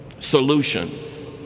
solutions